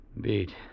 Beat